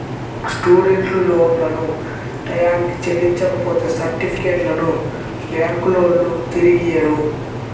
student లోన్లను టైయ్యానికి చెల్లించపోతే సర్టిఫికెట్లను బ్యాంకులోల్లు తిరిగియ్యరు